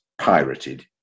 pirated